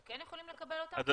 אנחנו כן יכולים לקבל אותם?